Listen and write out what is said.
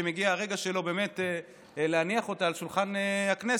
כשמגיע הרגע שלו להניח אותה על שולחן הכנסת,